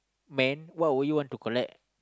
man what would you want to collect